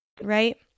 right